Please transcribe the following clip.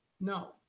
No